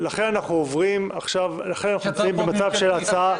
לכן אנחנו נמצאים עכשיו במצב שההצעה --- יש